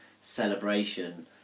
celebration